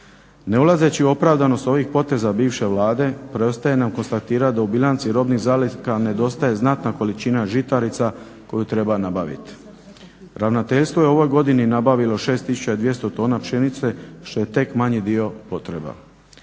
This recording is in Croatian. Ne ulazeći u opravdanost ovih poteza bivše Vlade preostaje nam konstatirati da u bilanci robnih zaliha nedostaje znatna količina žitarica koju treba nabavit. Ravnateljstvo je u ovoj godini nabavilo 6200 tona pšenice što je tek manji dio potreba.